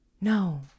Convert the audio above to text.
No